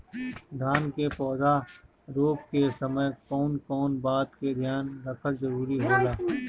धान के पौधा रोप के समय कउन कउन बात के ध्यान रखल जरूरी होला?